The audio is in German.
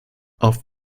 auf